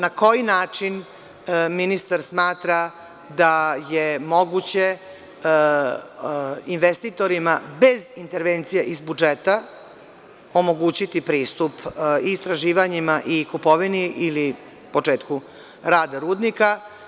Na koji način ministar smatra da je moguće investitorima, bez intervencije iz budžeta, omogućiti pristup istraživanjima i kupovini ili početku rada rudnika?